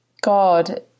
God